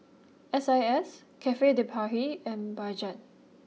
S I S Cafe de Paris and Bajaj